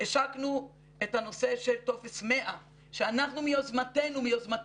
השקנו את הנושא של טופס 100 שאנחנו מיוזמנו,